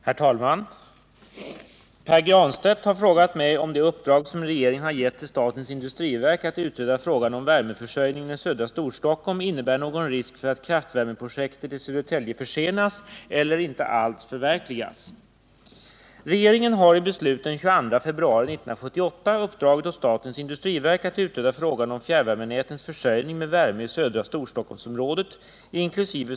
Herr talman! Pär Granstedt har frågat mig om det uppdrag som regeringen har gett till statens industriverk att utreda frågan om värmeförsörjningen i södra Storstockholm innebär någon risk för att kraftvärmeprojektet i Södertälje försenas eller inte alls förverkligas. Regeringen har i beslut den 22 februari 1978 uppdragit åt statens industriverk att utreda frågan om fjärrvärmenätens försörjning med värme i södra Storstockholmsområdet inkl.